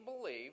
believe